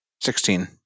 sixteen